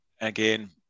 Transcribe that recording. Again